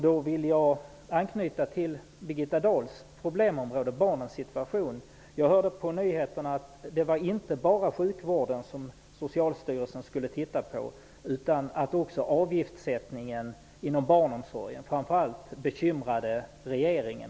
Då vill jag anknyta till det Birgitta Dahl sade om barnens situation. Jag hörde på nyheterna att det inte bara var sjukvården som Socialstyrelsen skulle se på utan också avgiftssättningen inom barnomsorgen. Det var framför allt den senare som bekymrade regeringen.